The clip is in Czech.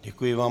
Děkuji vám.